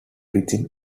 within